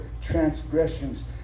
transgressions